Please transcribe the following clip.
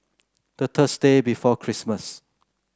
the Thursday before Christmas